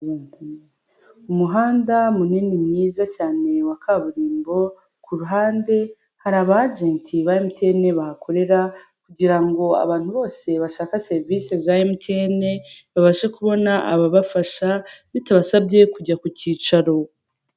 Umuhanda munini mwiza cyane wa kaburimbo ku ruhande hari abajenti ba emutiyene, bahakorera kugirango abantu bose bashaka serivisi za emutiyene babashe kubona ababafasha bitabasabye kujya ku kicaro.